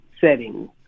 settings